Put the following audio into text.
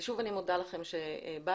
שוב אני מודה לכם על שבאתם.